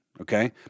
Okay